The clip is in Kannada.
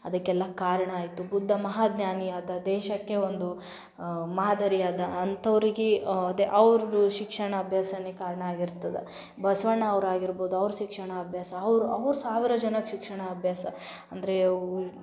ಅದಕ್ಕೆಲ್ಲ ಕಾರಣ ಆಯಿತು ಬುದ್ಧ ಮಹಾಜ್ಞಾನಿಯಾದ ದೇಶಕ್ಕೆ ಒಂದು ಮಾದರಿಯಾದ ಅಂಥವ್ರಿಗೆ ದೆ ಅವರು ಶಿಕ್ಷಣಾಭ್ಯಾಸವೇ ಕಾರಣಾಗಿರ್ತದ ಬಸವಣ್ಣ ಅವರಾಗಿರ್ಬೋದು ಅವ್ರ ಶಿಕ್ಷಣಾಭ್ಯಾಸ ಅವ್ರ ಅವ್ರ ಸಾವಿರ ಜನ ಶಿಕ್ಷಣಾಭ್ಯಾಸ ಅಂದರೆ